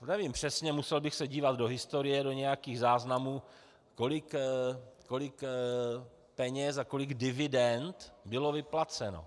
Nevím přesně, musel bych se dívat do historie, do nějakých záznamů, kolik peněz za kolik dividend bylo vyplaceno.